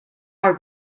are